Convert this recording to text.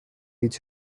each